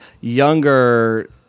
younger